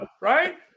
Right